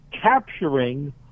capturing